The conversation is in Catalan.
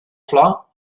flor